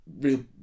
real